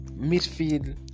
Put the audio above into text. midfield